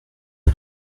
wird